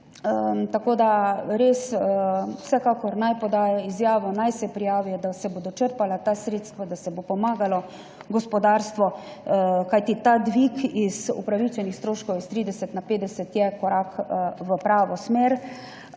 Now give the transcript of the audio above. omenila. Vsekakor naj podajo izjavo, naj se prijavijo, da se bodo črpala ta sredstva, da se bo pomagalo gospodarstvu, kajti ta dvig upravičenih stroškov s 30 na 50 je korak v pravo smer.